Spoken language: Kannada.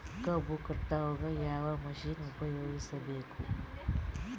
ಕಬ್ಬು ಕಟಾವಗ ಯಾವ ಮಷಿನ್ ಉಪಯೋಗಿಸಬೇಕು?